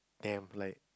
damn like